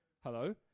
Hello